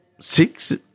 six